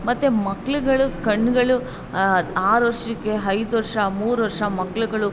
ಮತ್ತೆ ಮಕ್ಳುಗಳು ಕಣ್ಗಳು ಆರು ವರ್ಷಕ್ಕೆ ಐದು ವರ್ಷ ಮೂರು ವರ್ಷ ಮಕ್ಳುಗಳು